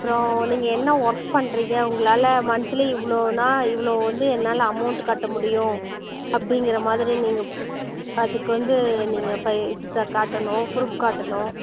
அப்புறோம் நீங்கள் என்ன ஒர்க் பண்ணுறீங்க உங்களால் மன்த்லி இவ்வளோனா இவ்வளோ வந்து என்னால் அமௌண்ட் கட்ட முடியும் அப்படிங்குற மாதிரி நீங்கள் அதுக்கு வந்து நீங்கள் காட்டணும் ப்ரூஃப் காட்டணும்